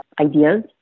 ideas